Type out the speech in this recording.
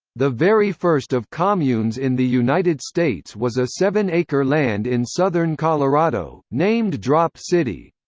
the very first of communes in the united states was a seven-acre land in southern colorado, named drop city.